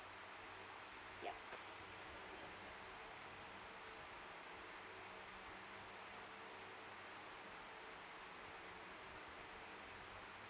yup